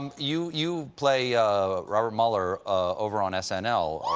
um you you play robert mueller over on s n l.